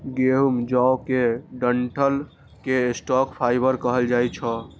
गहूम, जौ के डंठल कें स्टॉक फाइबर कहल जाइ छै